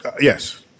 Yes